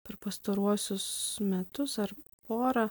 per pastaruosius metus ar pora